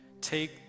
take